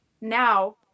now